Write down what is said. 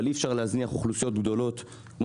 אבל אי אפשר להזניח אוכלוסיות גדולות כמו